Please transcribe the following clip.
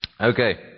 Okay